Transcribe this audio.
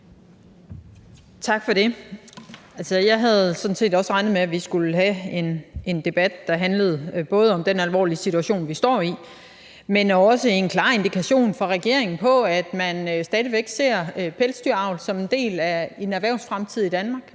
Tak for det. Altså, jeg havde sådan set også regnet med, at vi skulle have en debat, der både handlede om den alvorlige situation, vi står i, men også en klar indikation fra regeringen på, at man stadig væk ser pelsdyravl som en del af en erhvervsfremtid Danmark.